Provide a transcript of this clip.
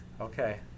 Okay